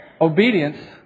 Obedience